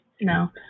no